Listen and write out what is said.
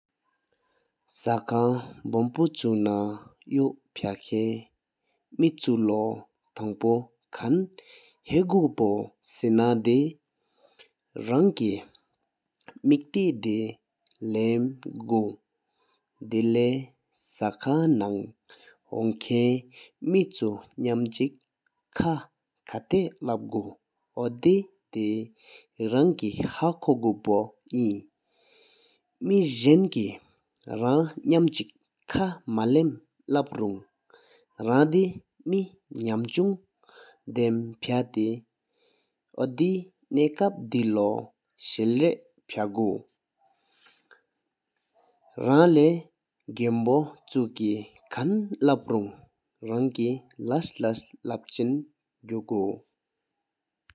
ཤ་ཁང་བོམ་ཕུ་ཆུ་ན་ཡོག་པག་ཧན་མེ་ཆུ་ལོ་ཐང་པོ་ཁན་ཧགོ་པོ་སེ་ན་དེ་རངསེད་མེག་ཏེ་དེ་ལམ་གོ། ཐེ་ལ་ཤ་ཁང་ནང་ཧོང་ཁན་མེ་ཆུ་ནམ་འཆོག་ཁ་ཁ་ཐལཇ་ལག་པ་འདོད་དེ་རང་ད་་ཁོ་དང་པོ་ཨིན། མེ་ཤཱན་ཁེ་རང་ནམ་འཆོག་ཁ་མ་ལམ་ལག་པ་རང་དེ་མེ་ནམ་ཆུང་དམ་གཏེག་དེ་རྣད་ཇེ་ཏུ་ལོ་གཞལ་བཀའ་ཕ་སྒོ། རང་ལ་དབུ་བཀོད་པུ་ཁ་ལག་པ་རང་དེ་ལུས་ལུས་ལག་ཅན་གུ་གོ།